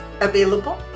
available